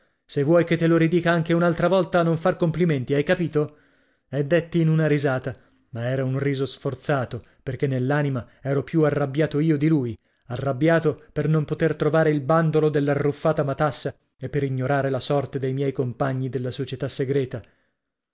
se vuoi che te lo ridica anche un'altra volta non far complimenti hai capito e dètti in una risata ma era un riso sforzato perché nell'anima ero più arrabbiato io di lui arrabbiato per non poter trovare il bandolo dell'arruffata matassa e per ignorare la sorte dei miei compagni della società segreta